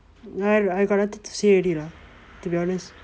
no I got nothing to say already lah to be honest